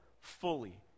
fully